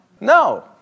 No